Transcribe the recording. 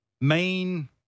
main